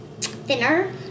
thinner